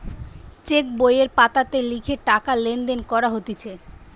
check বইয়ের পাতাতে লিখে টাকা লেনদেন করা হতিছে